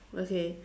okay